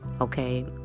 okay